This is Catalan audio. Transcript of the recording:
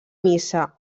missa